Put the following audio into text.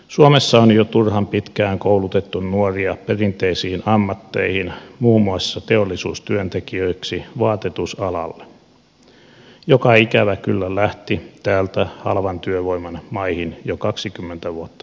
suomessa on jo turhan pitkään koulutettu nuoria perinteisiin ammatteihin muun muassa teollisuustyöntekijöiksi vaatetusalalle joka ikävä kyllä lähti täältä halvan työvoiman maihin jo kaksikymmentä vuotta sitten